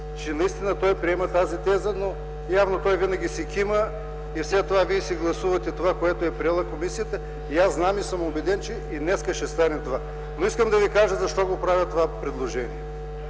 че наистина приема тази теза, но явно той винаги си кима и след това вие гласувате това, което е приела комисията. Аз знам и съм убеден, че и днес ще стане така. Но искам да ви кажа защо правя това предложение.